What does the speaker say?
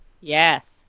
Yes